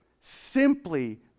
simply